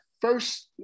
First